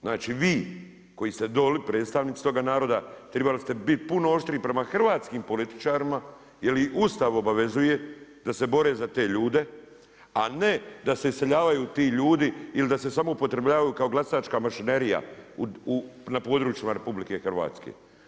Znači vi koji ste dolje predstavnici toga naroda, trebali ste biti puno oštriji prema hrvatskim političarima jer ih Ustav obavezuje da se bore za te ljude a ne da se iseljavaju ti ljudi ili da se samo upotrebljavaju kao glasačka mašinerija na područjima RH.